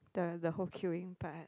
the the whole queuing part